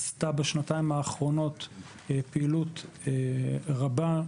עשתה בשנתיים האחרונות פעילות רבה,